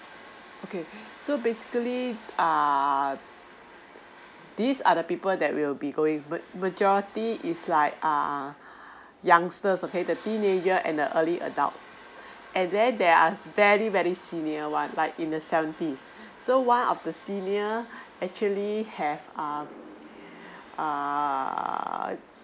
okay so basically err these are the people that will be going toward maj~ majority is like err youngsters okay the teenager and the early adults and then there are very very senior one like in the seventies so one of the senior actually have err err